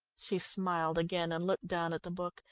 she smiled again, and looked down at the book.